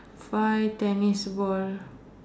five tennis ball